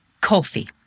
coffee